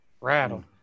rattled